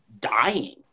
dying